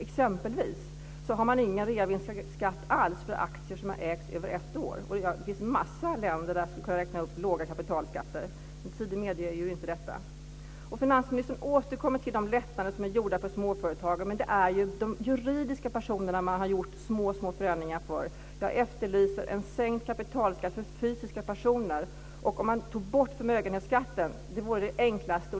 Exempelvis har man inte någon reavinstskatt alls för aktier som har ägts över ett år. Det finns massor av länder som jag skulle kunna räkna upp som har låga kapitalskatter. Men min tid medger inte detta. Finansministern återkommer till de lättnader som är gjorda för småföretagen. Men det är ju de juridiska personerna man har gjort små, små förändringar för. Jag efterlyser en sänkt kapitalskatt för fysiska personer. Att ta bort förmögenhetsskatten vore det enklaste.